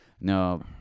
No